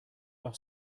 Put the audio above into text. our